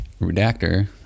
redactor